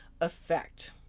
effect